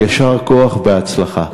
יישר כוח, בהצלחה.